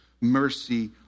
mercy